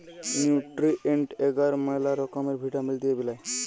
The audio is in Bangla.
নিউট্রিয়েন্ট এগার ম্যালা রকমের ভিটামিল দিয়ে বেলায়